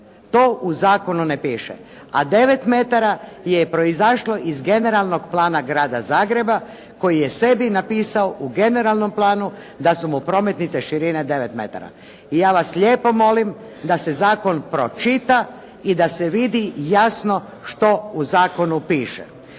To u zakonu ne piše. A 9 metara je proizašlo iz Generalnog plana grada Zagreba koji je sebi napisao u generalnom planu da su mu prometnice širine 9 metara. I ja vas lijepo molim da se zakon pročita i da se vidi jasno što u zakonu piše.